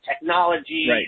technology